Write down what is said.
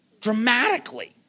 Dramatically